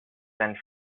and